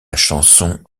chanson